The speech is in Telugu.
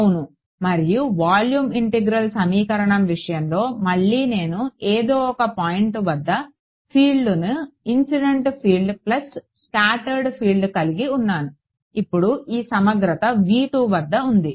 అవును మరియు వాల్యూమ్ ఇంటిగ్రల్ సమీకరణం విషయంలో మళ్లీ నేను ఏదో ఒక పాయింట్ వద్ద ఫీల్డ్ను incident field plus scattered field కలిగి ఉన్నాను ఇప్పుడు ఈ సమగ్రత వద్ద ఉంది